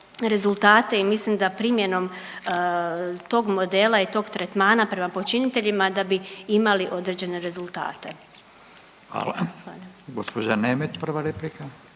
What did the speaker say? rezultate i mislim da primjenom tog modela i tog tretmana prema počiniteljima da bi imali određene rezultate. **Radin, Furio